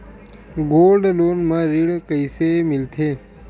Gold loan म ऋण कइसे मिलथे?